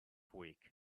week